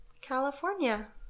California